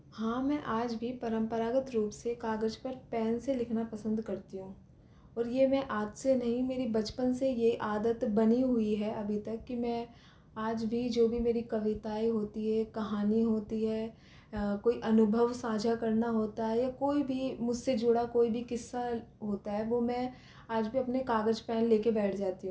हाँ मै आज भी परंपरागत रूप से कागज़ पर पेन से लिखना पसंद करती हूँ और यह मैं आज से नहीं मेरी बचपन से यह आदत बनी हुई है अभी तक की मैं आज भी जो मेरी कविताएँ होती है कहानी होती है कोई अनुभव साझा करना होता है या कोई भी मुझसे जुड़ा कोई भी किस्सा होता है वो मै आज भी अपना कागज़ पेन लेकर बैठ जाती हूँ